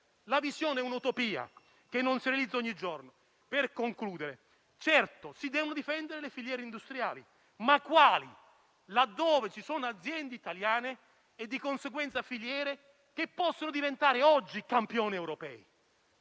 la visione è un'utopia che non si realizza ogni giorno. In conclusione, certamente si devono difendere le filiere industriali: ma quali? Laddove vi sono aziende italiane e, di conseguenza, filiere che possono diventare oggi campioni europei.